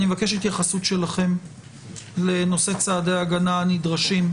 אני אבקש התייחסות שלכם לנושא צעדי ההגנה הנדרשים.